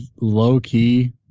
low-key –